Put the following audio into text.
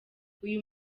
uyu